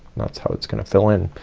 that's how it's gonna fill in.